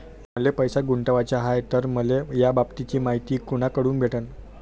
मले पैसा गुंतवाचा हाय तर मले याबाबतीची मायती कुनाकडून भेटन?